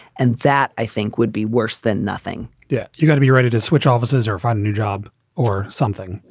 and that, i think, would be worse than nothing. yeah, you've got to be ready to switch offices or find a new job or something,